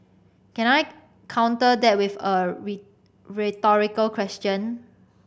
can I counter that with a rhetorical question